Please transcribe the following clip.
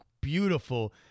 beautiful